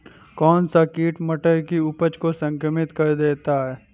कौन सा कीट मटर की उपज को संक्रमित कर देता है?